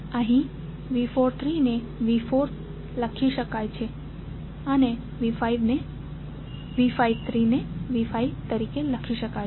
અહીં V43 ને V4 લખી શકાય છે અનેV53 ને V5તરીકે લખી શકાય છે